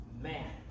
Man